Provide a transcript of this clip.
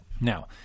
Now